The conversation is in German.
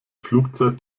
flugzeit